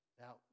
Now